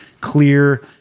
clear